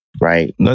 right